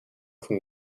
from